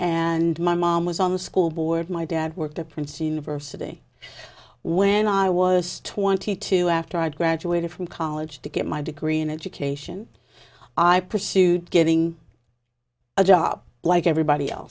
and my mom was on the school board my dad worked at princeton university when i was twenty two after i graduated from college to get my degree in education i pursued getting a job like everybody else